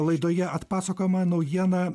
laidoje atpasakojama naujiena